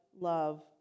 love